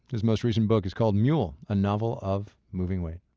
his most recent book is called mule a novel of moving weight.